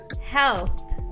Health